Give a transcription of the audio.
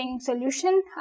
solution